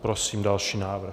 Prosím další návrh.